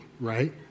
right